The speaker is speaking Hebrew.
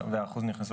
ואם מגיע להם,